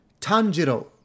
Tanjiro